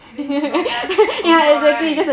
then wrong just 重做 right